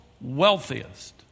wealthiest